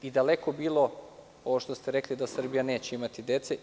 Daleko bilo, ovo što ste rekli, da Srbija neće imati dece.